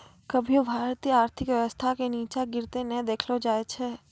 कभियो भारतीय आर्थिक व्यवस्था के नींचा गिरते नै देखलो जाय छै